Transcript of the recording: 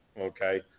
okay